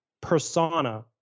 persona